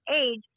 age